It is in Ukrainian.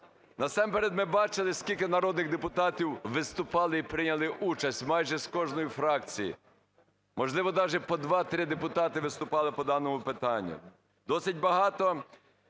Насамперед ми бачили, скільки народних депутатів виступали і прийняли участь майже з кожної фракції, можливо, даже по 2-3 депутати виступали по даному питанню. Досить багато